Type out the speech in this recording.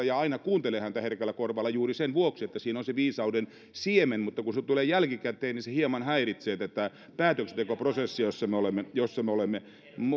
ja aina kuuntelen häntä herkällä korvalla juuri sen vuoksi että siinä on se viisauden siemen mutta kun se tulee jälkikäteen niin se hieman häiritsee tätä päätöksentekoprosessia jossa me olemme